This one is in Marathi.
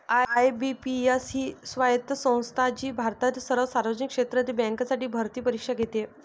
आय.बी.पी.एस ही स्वायत्त संस्था आहे जी भारतातील सर्व सार्वजनिक क्षेत्रातील बँकांसाठी भरती परीक्षा घेते